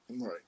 right